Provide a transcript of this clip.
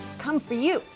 come for you.